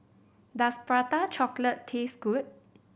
does Prata Chocolate taste good